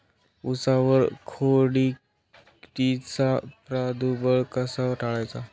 उसावर खोडकिडीचा प्रादुर्भाव कसा टाळायचा?